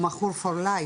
הוא מכור פור לייף,